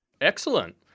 Excellent